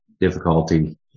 difficulty